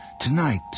Tonight